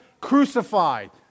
crucified